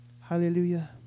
Hallelujah